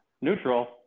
neutral